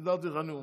סידרתי לך נאום.